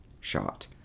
shot